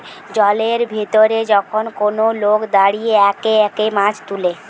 জলের ভিতরে যখন কোন লোক দাঁড়িয়ে একে একে মাছ তুলে